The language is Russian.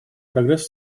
прогресс